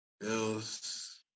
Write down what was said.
Bills